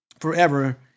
forever